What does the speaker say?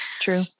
True